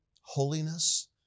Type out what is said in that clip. holiness